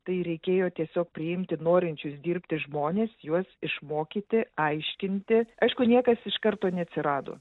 tai reikėjo tiesiog priimti norinčius dirbti žmones juos išmokyti aiškinti aišku niekas iš karto neatsirado